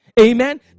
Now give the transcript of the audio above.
Amen